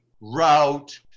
route